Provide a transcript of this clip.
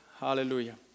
Hallelujah